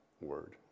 word